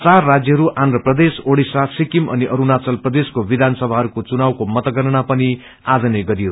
चार राज्यहरू आन्न्र प्रदेश ओड़िसा सिक्किम अनि अरूणावल प्रदेशको विधानसभाहरूको चुनावको मतगणनापनिआज नै गरियो